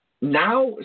now